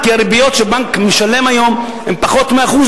כי הריביות שהבנק משלם היום הן פחות מ-1%.